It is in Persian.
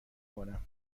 کنم